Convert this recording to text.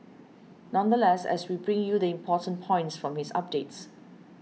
nonetheless as we bring you the important points from his updates